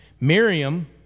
Miriam